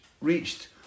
reached